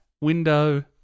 Window